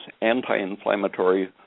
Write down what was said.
anti-inflammatory